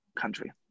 country